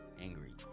angry